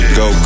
go